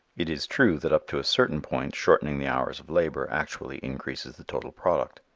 it is true that up to a certain point shortening the hours of labor actually increases the total product.